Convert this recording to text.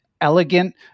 elegant